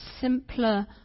simpler